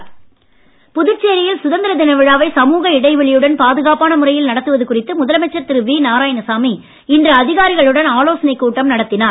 முதலமைச்சர் புதுச்சேரியில் சுதந்திர தின விழாவை சமூக இடைவெளியுடன் பாதுகாப்பான முறையில் நடத்துவது குறித்து முதலமைச்சர் திரு வி நாராயணசாமி இன்று அதிகாரிகளுடன் ஆலோசனைக் கூட்டம் நடத்தினார்